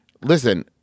listen